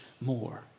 more